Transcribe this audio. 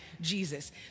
Jesus